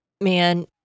man